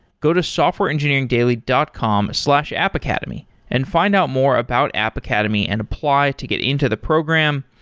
go to softwareengineeringdaily dot com slash appacademy and find out more about app academy and apply to get into the program.